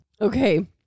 Okay